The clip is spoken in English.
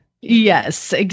Yes